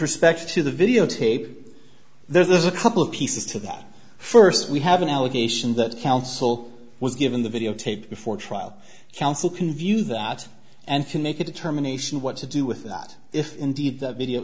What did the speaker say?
respect to the videotape there's a couple of pieces to that first we have an allegation that counsel was given the videotape before trial counsel can view that and to make a determination what to do with that if indeed the video